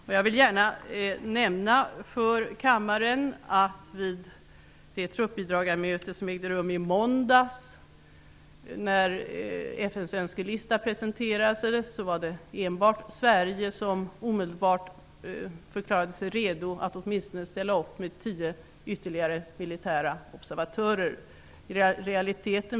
När FN:s önskelista presenterades vid det truppbidragarmöte som ägde rum i måndags var det enbart Sverige som omedelbart förklarade sig redo att ställa upp med åtminstone tio ytterligare militära observatörer. Jag vill gärna nämna detta för kammaren.